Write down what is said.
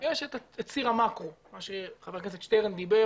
יש את ציר המקרו, מה שחבר הכנסת שטרן דיבר,